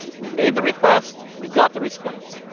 we made the request, we got the response.